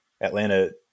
Atlanta